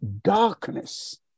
darkness